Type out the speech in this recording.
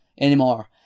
anymore